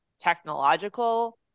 technological